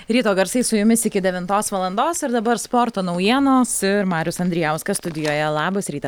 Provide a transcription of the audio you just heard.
ryto garsai su jumis iki devintos valandos ir dabar sporto naujienos ir marius andrijauskas studijoje labas rytas